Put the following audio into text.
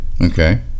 okay